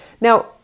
Now